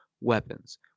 weapons